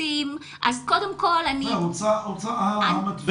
אז קודם כל אני --- הוצע המתווה.